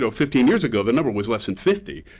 so fifteen years ago, the number was less than fifty.